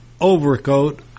overcoat